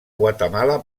guatemala